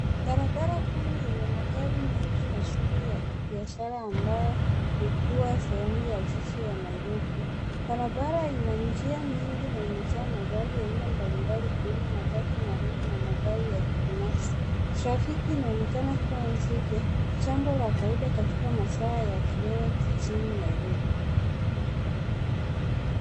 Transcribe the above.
Barabara kuu yenye magari mengi na shughuli ya kibiashara ambayo ni kuwa sehemu ya jiji ya Nairoi. Barabara ina njia nyingi na imejaa magari ya aina mbalimbali ikiwemo matatu, malori na magari ya kibinafsi. Trafiki inaonekana kuwa nzito, jambo la kawaida katika masaa ya kiwewe jijini Nairobi.